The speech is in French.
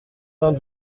vingt